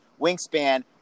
Wingspan